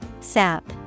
Sap